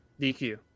DQ